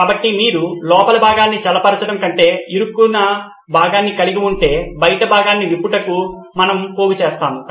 కాబట్టి మీరు లోపలి భాగాన్ని చల్లబరచడం కంటే ఇరుక్కున్న భాగాన్ని కలిగి ఉంటే బయటి భాగాన్ని విప్పుటకు మనము పోగు చేస్తాము